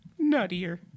Nuttier